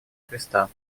креста